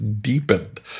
deepened